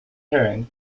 herring